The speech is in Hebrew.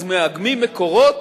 אז מאגמים מקורות